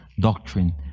Doctrine